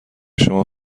شما